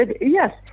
yes